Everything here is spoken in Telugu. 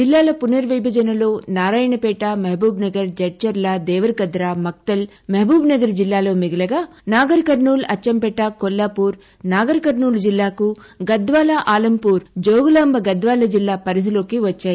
జిల్లా పునర్విభజనలో నారాయణపేట మహబూబ్నగర్ జడ్చర్ల దేవర్చర మక్తల్ మహబూబ్నగర్ జిల్లాలో మిగలగా నాగర్కర్నూలు అచ్చంపేట కొల్లాపూర్ నాగర్ కర్నూలు జిల్లాకు గద్వాల ఆలంపూర్ జోగులాంబ గద్వాల జిల్లా పరిధిలోకి వచ్చాయి